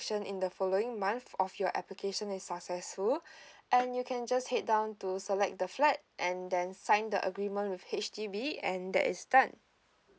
in the following month of your application is successful and you can just head down to select the flat and then sign the agreement with H_D_B and that is done